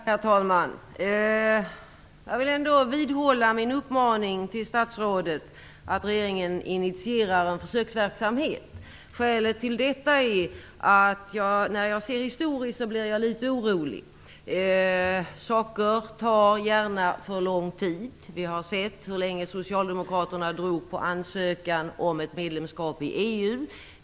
Herr talman! Jag vill ändå vidhålla min uppmaning till statsrådet att regeringen skall initiera en försöksverksamhet. Skälet till detta är att jag blir litet orolig när jag ser till historien. Saker tar gärna för lång tid. Vi har sett hur länge socialdemokraterna drog på ansökan om ett medlemskap i EU.